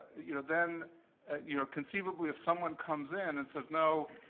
you know, then you know, conceivably if someone comes in and says, no,